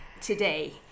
today